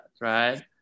right